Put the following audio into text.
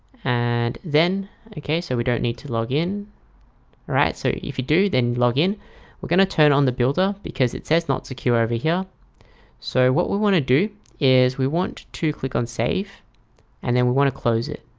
and then okay, so we don't need to log in alright, so if you do then log in we're going to turn on the builder because it says not secure over here so what we want to do is we want to click on save and then we want to close it